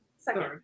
Second